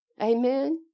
Amen